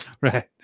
Right